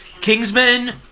Kingsman